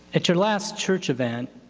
at your last church event,